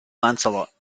lancelot